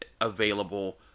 available